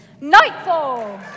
Nightfall